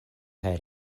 kaj